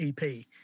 EP